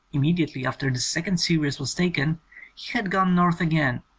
immediately after this second series was taken, he had gone north again,